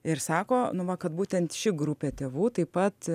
ir sako nu va kad būtent ši grupė tėvų taip pat